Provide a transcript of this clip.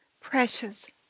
precious